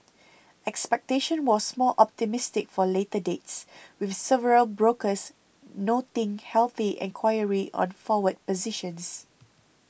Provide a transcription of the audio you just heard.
expectation was more optimistic for later dates with several brokers noting healthy enquiry on forward positions